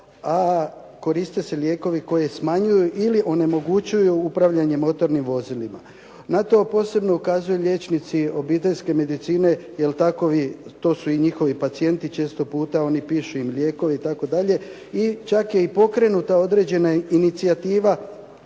a koriste se lijekovi koji smanjuju ili onemogućuju upravljanje motornim vozilima. Na to posebno ukazuju liječnici obiteljske medicine 'jel takovi to su njihovi pacijenti. Često puta im oni pišu lijekove itd. i čak je i pokrenuta inicijativa